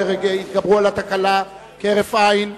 שהתגברו על התקלה כהרף עין.